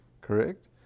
Correct